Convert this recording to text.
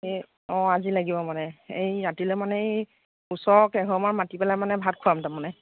এই অঁ আজি লাগিব মানে এই ৰাতিলে মানে এই ওচৰৰ কেইঘৰমান মাতি পেলাই মানে ভাত খুৱাম তাৰমানে